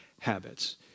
habits